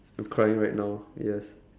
I'm crying right now yes